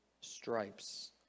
stripes